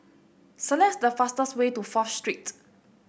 select the fastest way to Fourth Street